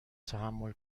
تحمل